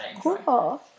Cool